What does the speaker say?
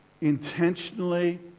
intentionally